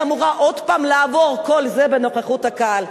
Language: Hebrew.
היא אמורה לעבור את כל זה בנוכחות הקהל.